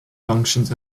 functions